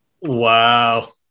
Wow